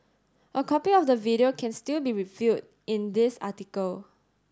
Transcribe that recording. a copy of the video can still be viewed in this article